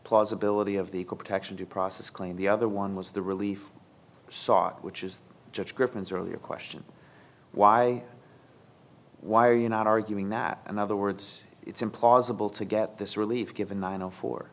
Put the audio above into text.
plausibility of the equal protection due process claim the other one was the relief sought which is judge griffin's earlier question why why are you not arguing that and other words it's implausible to get this relief given the no four